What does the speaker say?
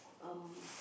um